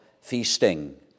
feasting